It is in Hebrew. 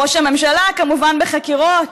ראש הממשלה, כמובן בחקירות,